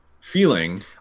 feeling